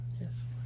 yes